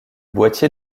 boitier